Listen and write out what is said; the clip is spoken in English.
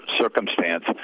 circumstance